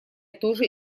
тоже